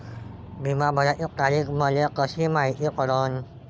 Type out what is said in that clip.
बिमा भराची तारीख मले कशी मायती पडन?